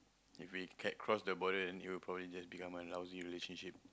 if we can cross the border then it will probably just become a lousy relationship